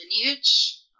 lineage